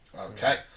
Okay